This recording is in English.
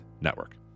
Network